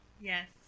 Yes